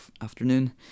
afternoon